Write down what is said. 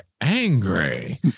angry